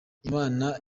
imana